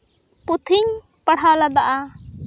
ᱯᱩᱛᱷᱤᱧ ᱯᱟᱲᱦᱟᱣ ᱞᱮᱫᱟ